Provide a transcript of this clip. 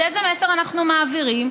אז איזה מסר אנחנו מעבירים?